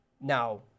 Now